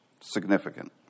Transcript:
Significant